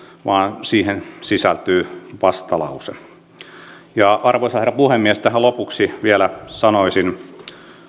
vaan siihen sisältyy vastalause arvoisa herra puhemies tähän lopuksi vielä sanoisin